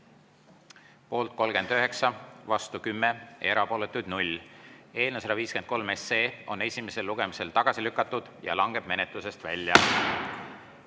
liiget, vastu 16, erapooletuid 0. Eelnõu 114 on esimesel lugemisel tagasi lükatud ja langeb menetlusest välja.